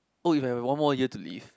oh if I have one more year to live